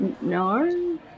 No